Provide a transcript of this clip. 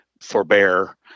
forbear